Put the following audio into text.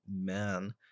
man